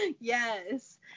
Yes